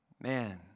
Man